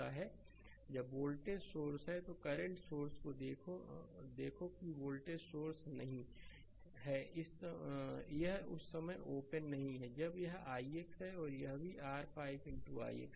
slide समय देखें 2237 जब वोल्टेज सोर्स है तो करंट सोर्स है देखो किवोल्टेज सोर्स नहीं है यह उस समयओपन नहीं है जब यह ix है और यहाँ भी r 5 ix है